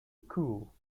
cool